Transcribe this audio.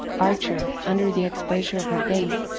archer, under the exposure of her gaze,